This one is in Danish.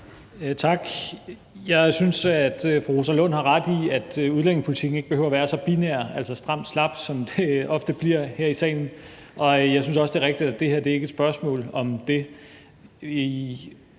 Tak. Jeg synes, at fru Rosa Lund har ret i, at udlændingepolitikken ikke behøver at være så binær, altså stram-slap, som det ofte bliver her i salen, og jeg synes også, det er rigtigt, at det her ikke er et spørgsmål om det.